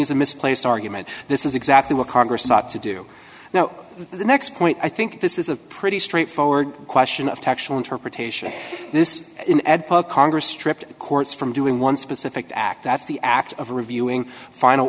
is a misplaced argument this is exactly what congress ought to do now the next point i think this is a pretty straightforward question of texel interpretation of this congress stripped courts from doing one specific act that's the act of reviewing final